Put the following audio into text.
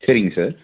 சரிங்க சார்